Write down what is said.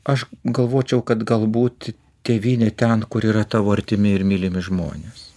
aš galvočiau kad galbūt tėvynė ten kur yra tavo artimi ir mylimi žmonės